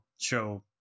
show